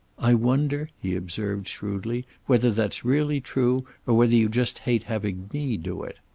i wonder, he observed shrewdly, whether that's really true, or whether you just hate having me do it?